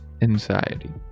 anxiety